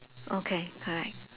okay correct